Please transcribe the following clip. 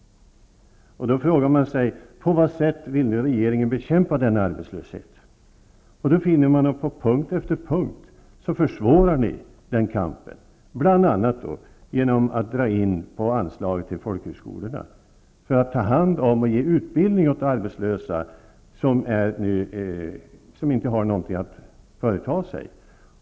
Då frågar man på vilket sätt regeringen vill bekämpa denna arbetslöshet. På punkt efter punkt finner man att ni försvårar kampen, bl.a. genom att dra in på anslaget till folkhögskolorna, som tar hand om och ger utbildning åt arbetslösa som inte har någonting att företa sig.